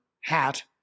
hat